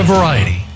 Variety